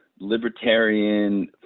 libertarian